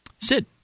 Sid